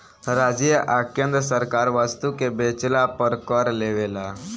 राज्य आ केंद्र सरकार वस्तु के बेचला पर कर लेवेला